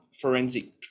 forensic